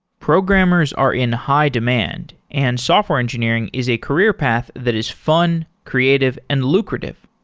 programmers are in high-demand and software engineering is a career path that is fun, creative and lucrative.